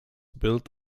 built